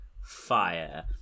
fire